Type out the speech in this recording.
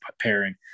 pairing